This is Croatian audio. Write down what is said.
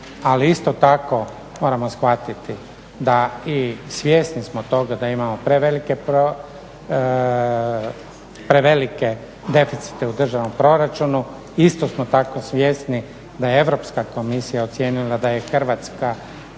Ali isto tako moramo shvatiti da i svjesni smo toga da imamo prevelike deficite u državnom proračunu i isto smo tako svjesni da je Europska komisija ocijenila da je Hrvatska